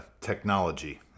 technology